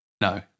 No